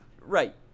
Right